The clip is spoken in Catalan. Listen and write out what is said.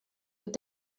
però